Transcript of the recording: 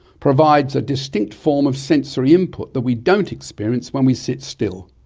provides a distinct form of sensory input that we don't experience when we sit still.